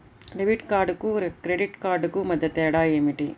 Debit కార్డుకు credit credit కార్డుకు మధ్య తేడా ఏమిటీ?